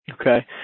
Okay